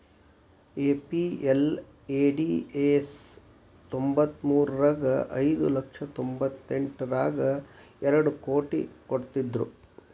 MPLADS ತ್ತೊಂಬತ್ಮುರ್ರಗ ಐದು ಲಕ್ಷ ತೊಂಬತ್ತೆಂಟರಗಾ ಎರಡ್ ಕೋಟಿ ಕೊಡ್ತ್ತಿದ್ರು